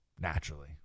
naturally